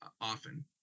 often